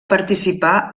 participar